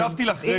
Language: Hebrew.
אני הקשבתי לך.